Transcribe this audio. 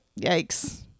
Yikes